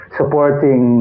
supporting